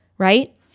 right